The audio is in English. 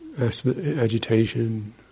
agitation